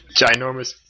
ginormous